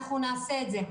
נעשה את זה.